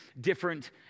different